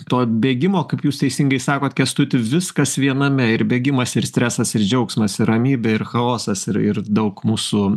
to bėgimo kaip jūs teisingai sakot kęstuti viskas viename ir bėgimas ir stresas ir džiaugsmas ir ramybė ir chaosas ir ir daug mūsų